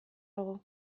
dago